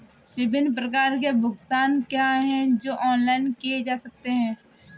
विभिन्न प्रकार के भुगतान क्या हैं जो ऑनलाइन किए जा सकते हैं?